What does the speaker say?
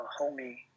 homie